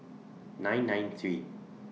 nine nine three